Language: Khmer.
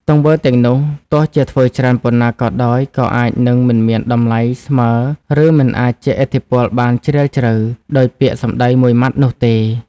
ទង្វើទាំងនោះ ទោះជាធ្វើច្រើនប៉ុណ្ណាក៏ដោយ ក៏អាចនឹង មិនមានតម្លៃស្មើ ឬ មិនអាចជះឥទ្ធិពលបានជ្រាលជ្រៅ ដូចពាក្យសម្ដីមួយម៉ាត់នោះទេ។